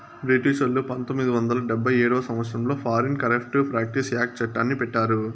బ్రిటిషోల్లు పంతొమ్మిది వందల డెబ్భై ఏడవ సంవచ్చరంలో ఫారిన్ కరేప్ట్ ప్రాక్టీస్ యాక్ట్ చట్టాన్ని పెట్టారు